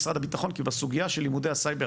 למשרד הביטחון כי עסקתי בסוגיה של לימודי הסייבר,